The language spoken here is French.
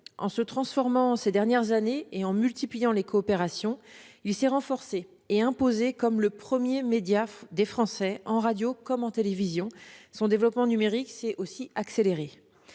En se transformant ces dernières années et en multipliant les coopérations, il s'est renforcé et imposé comme le premier média des Français en radio comme en télévision. Son développement numérique s'est accéléré.